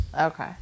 Okay